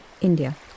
India